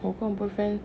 我跟我